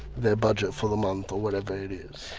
their budget for the month or whatever it is.